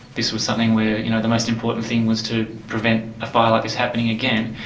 this was something where you know the most important thing was to prevent a fire like this happening again.